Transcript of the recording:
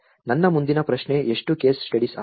ನನ್ನ ಮುಂದಿನ ಪ್ರಶ್ನೆ ಎಷ್ಟು ಕೇಸ್ ಸ್ಟಡೀಸ್ ಆಗಿದೆ